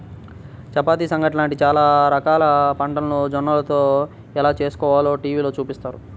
చపాతీ, సంగటి లాంటి చానా రకాల వంటలు జొన్నలతో ఎలా చేస్కోవాలో టీవీలో చూపించారు